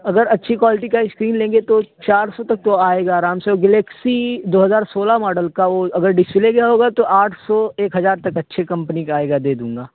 اگر اچھی کوالٹی کا اسکرین لیں گے تو چار سو تک تو آئے گا آرام سے گلیکسی دو ہزار سولہ ماڈل کا وہ اگر ڈسپلے گیا ہوگا تو آٹھ سو ایک ہزار تک اچھی کمپنی کا آئے گا دے دوں گا